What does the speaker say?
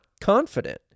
confident